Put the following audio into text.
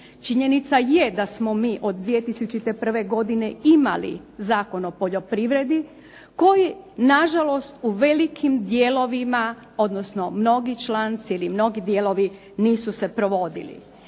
Činjenica je da smo mi od 2001. godine imali Zakon o poljoprivredi koji na žalost u velikim dijelovima, odnosno mnogi članci ili mnogi dijelovi nisu se provodili.